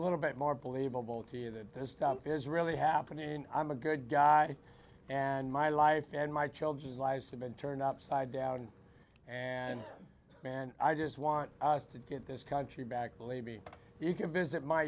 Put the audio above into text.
little bit more believable to you that this is really happening i'm a good guy and my life and my children's lives have been turned upside down and and i just want to get this country back believe me you can visit my